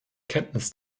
kenntnis